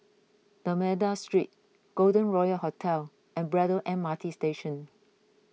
D'Almeida Street Golden Royal Hotel and Braddell M R T Station